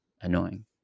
annoying